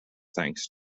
thanks